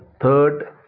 third